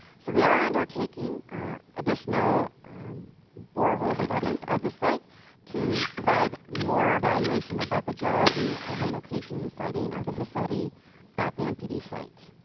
so we are undertaking additional borehole studies of the site to provide more evaluation about the geology, and the location, and siting of the facility at the npd site.